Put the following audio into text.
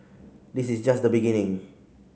this is just the beginning